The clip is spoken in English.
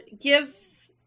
give